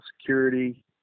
security